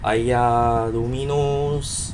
!aiya! Domino's